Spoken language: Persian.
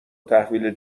تحویل